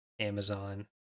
amazon